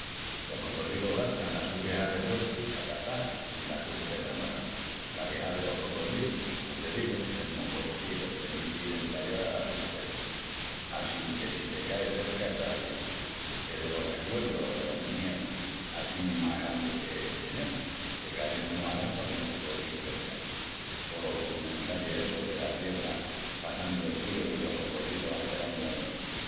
Los cocodrilus gastan la su quexá rehuerti pa caçal i las sus presas matal. La quexá delos cocodrilus, comu te digu, es mu huerti i les premiti d'entallal alas sus presas assinque si te cais cerca estás aviau. Es delos recuerdus o delos mieus assín más grandis que tenemus, de cayel-mus al augua con cocodrilus cerca, o los documentalis essus delas ciebras passandu el ríu i los cocodrilus asperandu la comía...